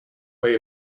way